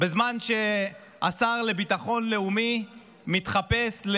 בזמן שהשר לביטחון לאומי מתחפש,